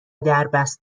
دربست